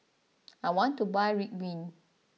I want to buy Ridwind